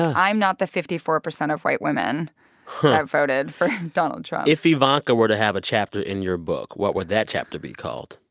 i'm not the fifty four percent of white women that voted for donald trump if ivanka were to have a chapter in your book, what would that chapter be called?